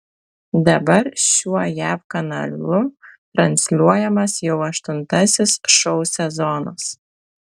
dabar šiuo jav kanalu transliuojamas jau aštuntasis šou sezonas